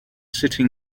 sitting